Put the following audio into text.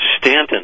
Stanton